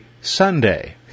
Sunday